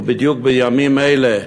ובדיוק בימים אלה,